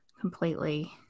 completely